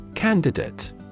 Candidate